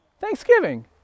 Thanksgiving